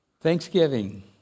thanksgiving